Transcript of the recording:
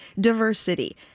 Diversity